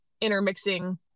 intermixing